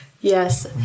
Yes